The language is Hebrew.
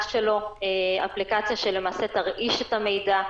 שלו אפליקציה שלמעשה תרעיש את המידע,